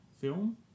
film